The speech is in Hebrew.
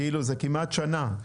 כאילו, זה כמעט שנה.